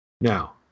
Now